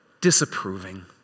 disapproving